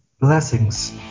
Blessings